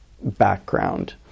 background